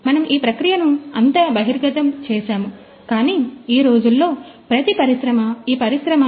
మనము ఈ ప్రక్రియను అంతా బహిర్గతం చేసాము కాని ఈ రోజుల్లో ప్రతి పరిశ్రమ ఈ పరిశ్రమ 4